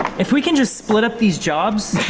if we can just split up these jobs